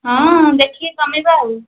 ହଁ ଦେଖିକି କମାଇବା ଆଉ